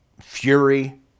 fury